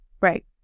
right